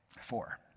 Four